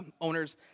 owners